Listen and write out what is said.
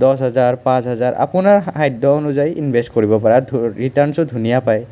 দহ হেজাৰ পাঁচ হেজাৰ আপোনাৰ সাধ্য অনুযায়ী ইনভেচ কৰিব পাৰে আৰু ৰিটাৰ্ণচো ধুনীয়া পায়